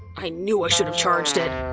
i knew i should've charged it.